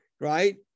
right